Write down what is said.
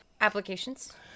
applications